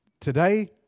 today